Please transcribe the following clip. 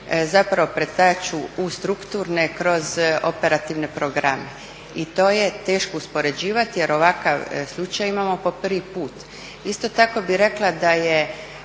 zapravo pretaču u strukturne kroz operativne programe. I to je teško uspoređivati jer ovakav slučaj imamo po prvi put. Isto tako bih rekla da je